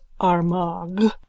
Armagh